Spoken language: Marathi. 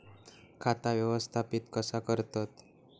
खाता व्यवस्थापित कसा करतत?